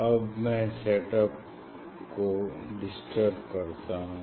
अब मै set up को डिस्टर्ब करता हूँ